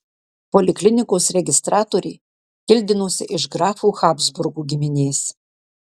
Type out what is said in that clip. poliklinikos registratorė kildinosi iš grafų habsburgų giminės